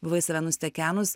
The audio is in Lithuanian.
buvai save nustekenus